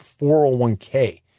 401k